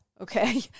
Okay